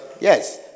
Yes